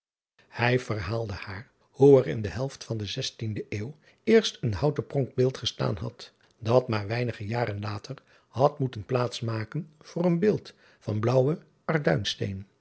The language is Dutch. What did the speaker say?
ij verhaalde haar hoe er in de helft van de zestiende euw eerst een houten pronkbeeld gestaan had dat maar weinige jaren later had moeten plaats maken voor een beeld van blaauwen arduinsteen